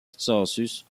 consensus